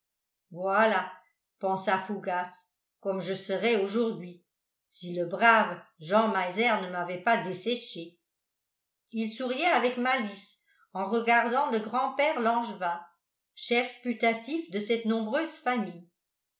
voilà pensa fougas comme je serais aujourd'hui si le brave jean meiser ne m'avait pas desséché il souriait avec malice en regardant le grand-père langevin chef putatif de cette nombreuse famille